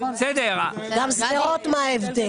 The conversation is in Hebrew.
גם שדרות, מה ההבדל?